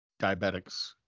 diabetics